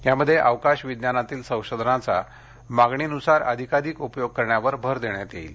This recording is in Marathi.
यामध्ये अवकाश विज्ञानातील संशोधनाचा मागणीनुसार अधिकाधिक उपयोग करण्यावर भर देण्यात येईल